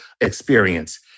experience